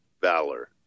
Valor